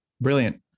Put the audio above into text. Brilliant